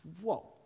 whoa